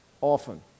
often